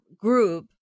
group